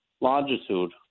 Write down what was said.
longitude